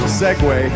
segue